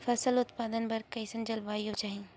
फसल उत्पादन बर कैसन जलवायु चाही?